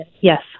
yes